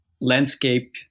landscape